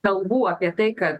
kalbų apie tai kad